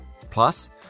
Plus